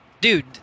dude